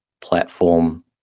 platform